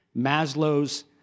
Maslow's